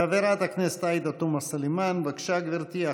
חברת הכנסת עאידה תומא סלימאן, בבקשה, גברתי.